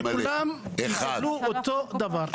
שכולם יקבלו אותו דבר.